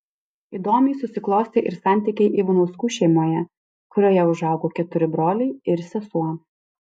įdomiai susiklostė ir santykiai ivanauskų šeimoje kurioje užaugo keturi broliai ir sesuo